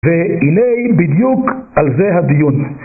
והנה בדיוק על זה הדיון.